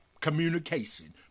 communication